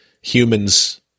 Humans